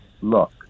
look